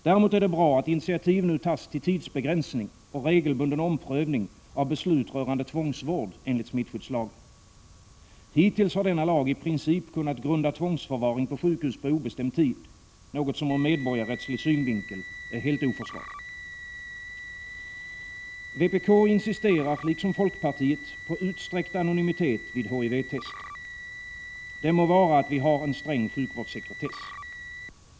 Däremot är det bra att initiativ tas till tidsbegränsning och regelbunden omprövning av beslut rörande tvångsvård enligt smittskyddslagen. Hittills har denna lag i princip kunnat grunda tvångsförvaring på sjukhus på obestämd tid, något som ur medborgarrättslig synvinkel är helt oförsvarligt. Vpk insisterar, liksom folkpartiet, på utsträckt anonymitet vid HIV-tester. Må vara att vi har en sträng sjukvårdssekretess.